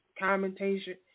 commentation